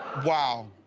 wow.